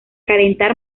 calentar